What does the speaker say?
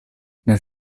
nel